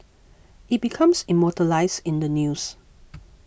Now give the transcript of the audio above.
it becomes immortalised in the news